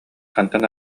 хантан